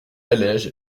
allège